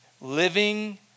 Living